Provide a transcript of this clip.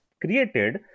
created